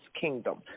Kingdom